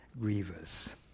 grievous